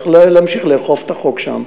וצריך להמשיך לאכוף את החוק שם.